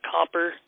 Copper